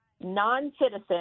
non-citizen